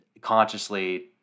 consciously